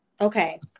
Okay